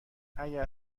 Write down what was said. اگر